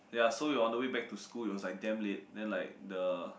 ya so we on the way back to school it was like damn late then the